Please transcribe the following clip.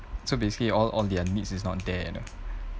so basically all all their needs is not there you know